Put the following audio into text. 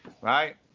Right